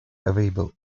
available